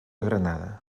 granada